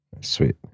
Sweet